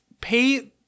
pay